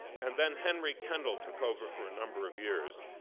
and then henry kendall took over for a number of years.